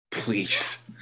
Please